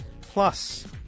Plus